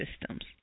systems